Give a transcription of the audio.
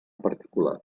particular